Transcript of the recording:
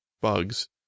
bugs